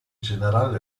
generale